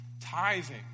tithing